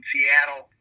Seattle